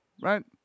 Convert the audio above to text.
right